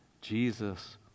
Jesus